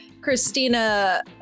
Christina